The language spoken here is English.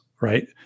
right